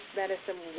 medicine